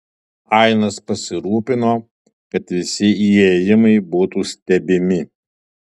ainas pasirūpino kad visi įėjimai būtų stebimi